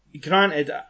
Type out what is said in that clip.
granted